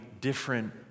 different